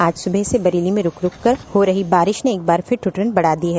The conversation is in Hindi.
आज सुबह से बरेली में रुक रुक कर हो रही बारिश ने एक बार फिर ठिवुरन बढ़ा दी है